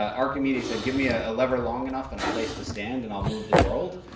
um archimedes said, give me ah a lever long enough and a place to stand, and i'll move the world.